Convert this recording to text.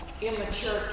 immature